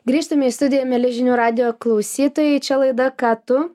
grįžtame į studiją mieli žinių radijo klausytojai čia laida ką tu